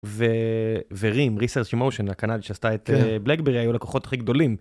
ו - RIM, Research In Motion הקנדית שעשתה את בלאקבארי היו הלקוחות הכי גדולים.